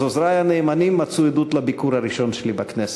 אז עוזרי הנאמנים מצאו עדות לביקור הראשון שלי בכנסת.